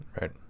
Right